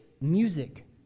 music